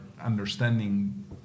understanding